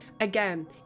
Again